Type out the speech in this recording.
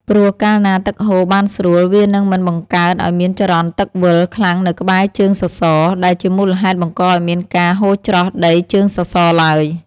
ព្រោះកាលណាទឹកហូរបានស្រួល វានឹងមិនបង្កើតឱ្យមានចរន្តទឹកវិល ខ្លាំងនៅក្បែរជើងសសរ ដែលជាមូលហេតុបង្កឱ្យមានការហូរច្រោះដីជើងសសរឡើយ។